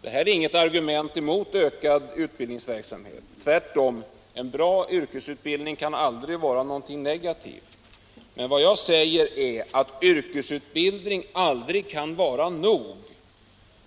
Detta är inget argument mot ökad utbildningsverksamhet. Tvärtom kan en bra yrkesutbildning aldrig vara något negativt. Men vad jag säger är att yrkesutbildning aldrig kan vara nog.